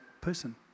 person